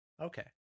Okay